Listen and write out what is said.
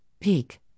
peak